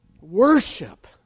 worship